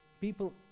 People